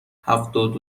هفتاد